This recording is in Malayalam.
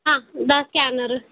ആ ബാക്കി അറുനൂറ്